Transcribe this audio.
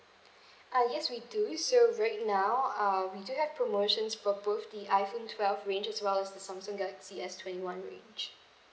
ah yes we do so right now uh we do have promotions for both the iphone twelve range as well as the samsung galaxy S twenty one range